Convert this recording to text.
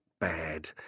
bad